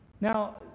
Now